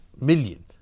million